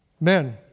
men